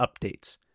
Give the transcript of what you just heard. updates